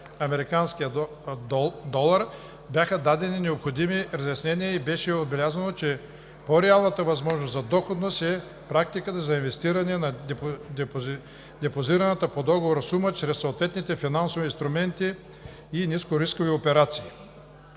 американския долар бяха дадени необходимите разяснения и беше отбелязано, че по-реалната възможност за доходност е практиката за инвестиране на депозираната по договора сума чрез съответните финансови инструменти в нискорискови операции.